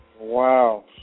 Wow